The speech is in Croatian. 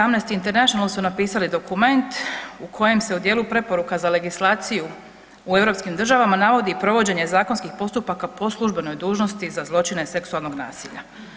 Amnesty International su napisali dokument u kojem se u dijelu preporuka za legislaciju u europskim državama navodi provođenje zakonskih postupaka po službenoj dužnosti za zločine seksualnog nasilja.